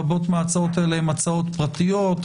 רבות מההצעות האלה הן הצעות פרטיות,